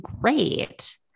great